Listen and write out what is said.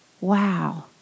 wow